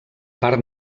part